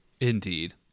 Indeed